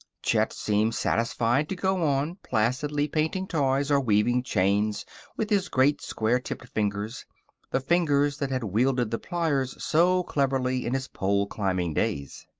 chet seemed satisfied to go on placidly painting toys or weaving chains with his great, square-tipped fingers the fingers that had wielded the pliers so cleverly in his pole-climbing days.